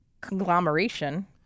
conglomeration